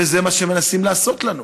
וזה מה שמנסים לעשות לנו,